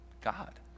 God